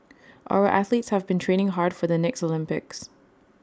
our athletes have been training hard for the next Olympics